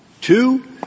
Two